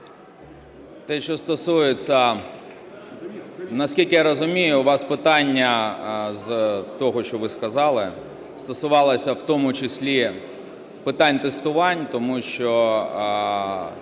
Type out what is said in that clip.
Те, що стосується, наскільки я розумію, у вас питання, з того, що ви сказали, стосувалося в тому числі питань тестувань, тому що